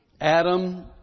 Adam